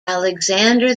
alexander